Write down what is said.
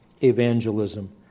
evangelism